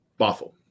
Bothell